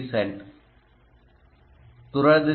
q u i e c e n t